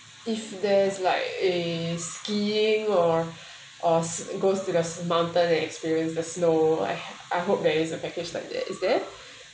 if there's like a skiing or or goes to the mountain and experience the snow I I hope that's a package like that is there